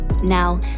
Now